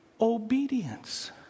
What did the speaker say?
obedience